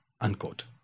unquote